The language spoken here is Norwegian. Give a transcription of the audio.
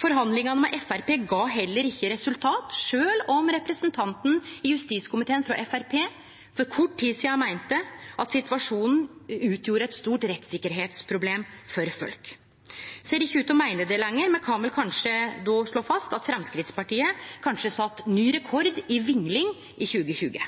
Forhandlingane med Framstegspartiet gav heller ikkje resultat, sjølv om representanten i justiskomiteen frå Framstegspartiet for kort tid sidan meinte at situasjonen utgjorde eit stort rettstryggleiksproblem for folk. Han ser ikkje ut til å meine det lenger, så me kan vel då slå fast at Framstegspartiet sette ny rekord i vingling i 2020.